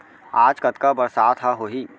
आज कतका बरसात ह होही?